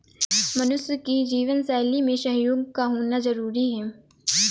मनुष्य की जीवन शैली में सहयोग का होना जरुरी है